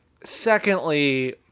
Secondly